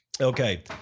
Okay